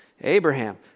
Abraham